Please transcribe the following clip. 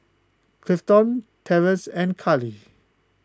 Clifton Terrance and Kallie